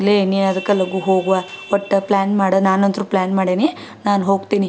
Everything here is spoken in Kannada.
ಲೇ ನೀ ಅದಕ್ಕೆ ಲಘೂ ಹೋಗವ್ವ ಒಟ್ಟು ಪ್ಲ್ಯಾನ್ ಮಾಡು ನಾನಂತೂ ಪ್ಲ್ಯಾನ್ ಮಾಡೇನಿ ನಾನು ಹೋಗ್ತೀನಿ ಓಕೆ